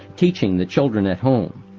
teaching the children at home.